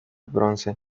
bronce